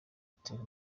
itel